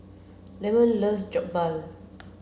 Leamon loves Jokbal